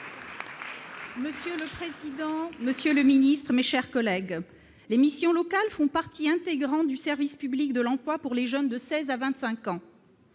Monsieur le président, monsieur le ministre, mes chers collègues, les missions locales font partie intégrante du service public de l'emploi pour les jeunes de 16 à 25 ans.